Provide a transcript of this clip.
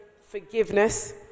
forgiveness